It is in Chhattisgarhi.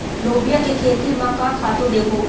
लोबिया के खेती म का खातू देबो?